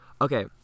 Okay